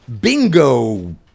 bingo